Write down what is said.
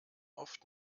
oft